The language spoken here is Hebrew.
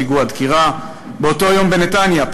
פיגוע דקירה במחסום קלנדיה,